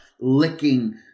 Licking